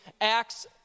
Acts